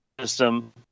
system